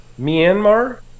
Myanmar